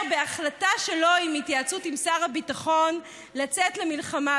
בהחלטה שלו בהתייעצות עם שר הביטחון לצאת למלחמה.